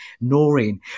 Noreen